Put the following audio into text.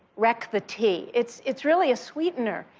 wreck the tea? it's it's really a sweetener.